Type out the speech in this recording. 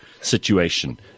situation